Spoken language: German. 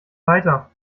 weiter